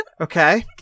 okay